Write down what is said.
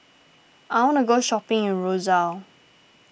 I wanna go shopping in Roseau